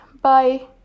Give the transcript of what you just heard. Bye